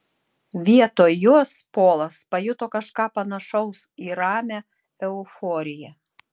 vietoj jos polas pajuto kažką panašaus į ramią euforiją